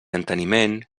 enteniment